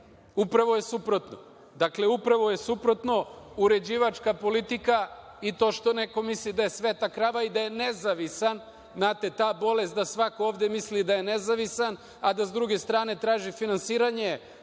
Upravo je suprotno. Dakle, upravo je suprotno, uređivačka politika i to što neko misli da je sveta krava i da je nezavisan, znate, ta bolest da svako ovde misli da je nezavisan, a da sa druge strane traži finansiranje